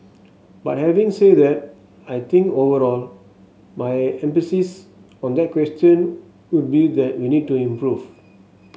but having said that I think overall my emphasis on that question would be that we need to improve